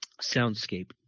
Soundscape